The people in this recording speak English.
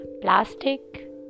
plastic